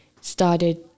started